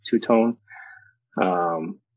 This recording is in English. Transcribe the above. two-tone